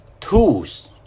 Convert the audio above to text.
tools